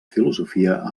filosofia